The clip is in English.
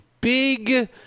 big